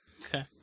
Okay